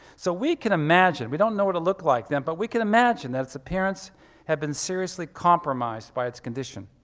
so we can imagine, we don't know what it looked like then but we can imagine that its appearance had been seriously compromised by its condition.